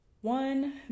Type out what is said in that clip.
one